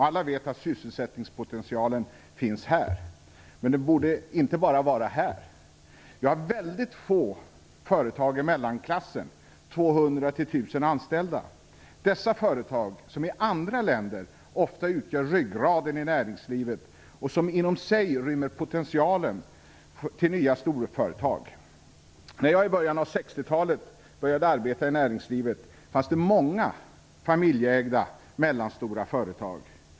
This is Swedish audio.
Alla vet att sysselsättningspotentialen finns bland där, men det borde inte bara vara bland dem. Vi har väldigt få företag i mellanklassen, med 200-1 000 anställda. Sådana företag utgör i andra länder ofta ryggraden i näringslivet och rymmer inom sig potentialen till nya storföretag. När jag i början av 60-talet började arbeta i näringslivet fanns det många familjeägda mellanstora företag.